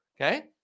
Okay